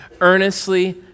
earnestly